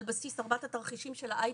על בסיס ארבעת התרחישים של ה-IPCC,